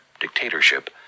dictatorship